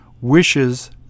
wishes